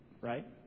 right